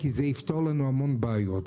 כי זה יפתור לנו המון בעיות.